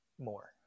more